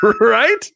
right